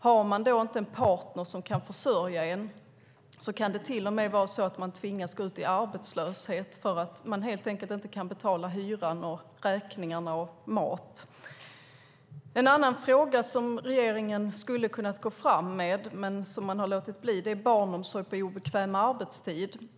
Har man då inte en partner som kan försörja en kan man till och med tvingas gå ut i arbetslöshet för att man helt enkelt inte kan betala hyran, räkningar och mat. En annan fråga som regeringen skulle ha kunnat gå fram med, men som de har låtit bli, är barnomsorg på obekväm arbetstid.